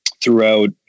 throughout